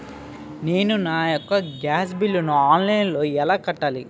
నేను నా యెక్క గ్యాస్ బిల్లు ఆన్లైన్లో ఎలా కట్టాలి?